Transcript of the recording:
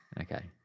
Okay